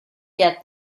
get